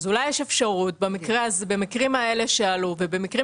אולי יש אפשרות במקרים הללו שעלו ובמקרים